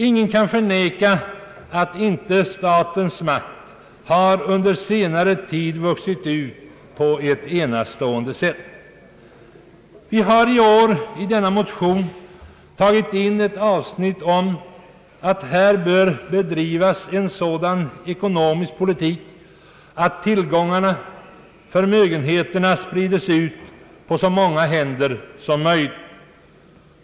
Ingen kan förneka att statens makt under senare tid har vuxit ut på ett enastående sätt. Vi har i år i denna motion tagit in ett avsnitt om att den ekonomiska politiken bör bedrivas på det sättet att tillgångarna, förmögenheterna, sprids ut på så många händer som möjligt.